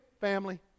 family